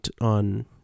on